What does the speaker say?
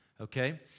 Okay